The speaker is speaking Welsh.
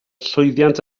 llwyddiant